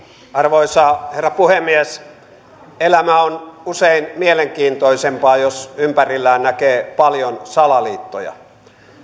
arvoisa herra puhemies elämä on usein mielenkiintoisempaa jos ympärillään näkee paljon salaliittoja